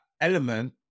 element